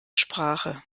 sprache